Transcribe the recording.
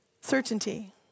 Certainty